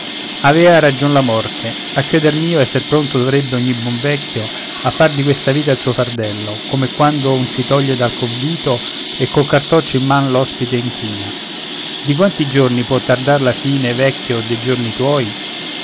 avea ragion la morte a creder mio esser pronto dovrebbe ogni buon vecchio a far di questa vita il suo fardello come quando un si toglie dal convito e col cartoccio in man l'ospite inchina di quanti giorni può tardar la fine vecchio de giorni tuoi